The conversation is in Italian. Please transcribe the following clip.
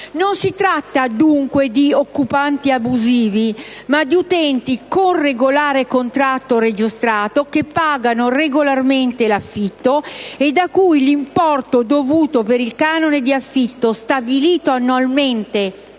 Non si tratta dunque di occupanti abusivi, ma di utenti con regolare contratto registrato, che pagano regolarmente l'affitto, e a cui l'importo dovuto per il canone di affitto, stabilito annualmente